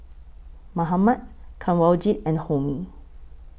Mahatma Kanwaljit and Homi